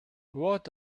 what